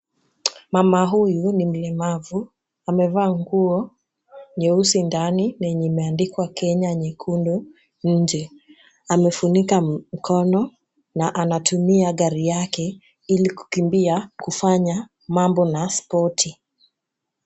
Mama huyu ni mlemavu ,amevaa nguo nyeusi ndani na yenye imeandikwa Kenya nyekundu nje ,amefunika mkono na anatumia gari yake ili kukimbia kufanya mambo na spoti.